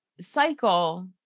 cycle